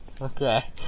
Okay